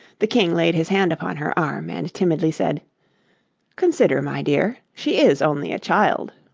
the king laid his hand upon her arm, and timidly said consider, my dear she is only a child